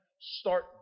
Start